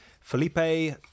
Felipe